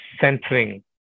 centering